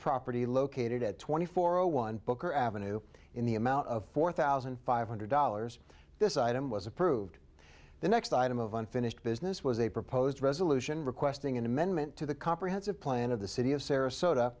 property located at twenty four zero one booker avenue in the amount of four thousand five hundred dollars this item was approved the next item of unfinished business was a proposed resolution requesting an amendment to the comprehensive plan of the city of sarasota